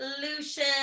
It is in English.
Lucian